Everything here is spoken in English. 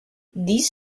these